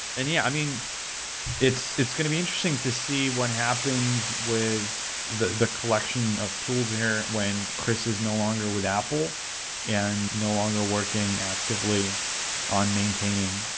and yeah, it's it's going to be interesting to see what happens with the the collection of tools here when chris is no longer with apple and no longer working actively on maintaining,